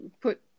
put